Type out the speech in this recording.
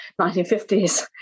1950s